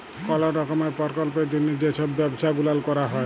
call রকমের পরকল্পের জ্যনহে যে ছব ব্যবছা গুলাল ক্যরা হ্যয়